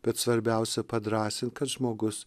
bet svarbiausia padrąsint kad žmogus